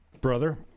brother